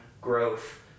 growth